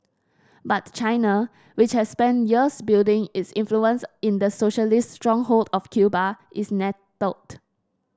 but China which has spent years building its influence in the socialist stronghold of Cuba is nettled